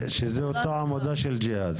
שזה אותה עמותה של ג'יהאד.